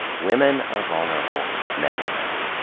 women are vulnerable, men are not.